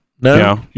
No